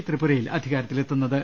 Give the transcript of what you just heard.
ത്രിപുരയിൽ അധികാരത്തിലെത്തുന്ന ത്